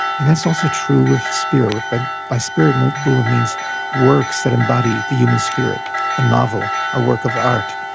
and that's also true of spirit. but by spirit buber means works that embody the human spirit a novel, a work of art,